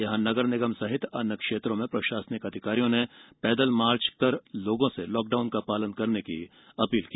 यहां नगरनिगम सहित अन्य क्षेत्रों में प्रशासनिक अधिकारियों ने पैदल मार्च कर लोगों से लॉकडाउन पालन करने की अपील की